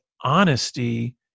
honesty